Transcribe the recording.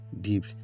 deep